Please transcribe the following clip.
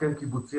הסכם קיבוצי,